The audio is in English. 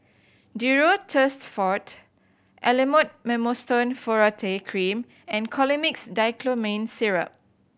Duro Tuss Forte Elomet Mometasone Furoate Cream and Colimix Dicyclomine Syrup